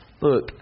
Look